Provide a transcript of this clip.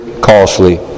costly